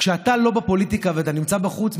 כשאתה לא בפוליטיקה ואתה נמצא בחוץ,